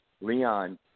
Leon